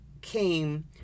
came